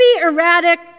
erratic